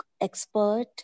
expert